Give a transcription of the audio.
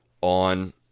on